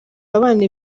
abana